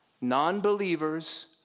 non-believers